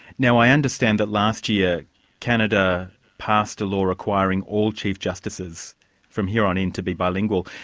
now, i understand that last year canada passed a law requiring all chief justices from here on in to be bilingual.